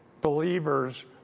believers